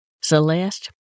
Celeste